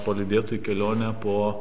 palydėtų į kelionę po